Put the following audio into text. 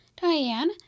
Diane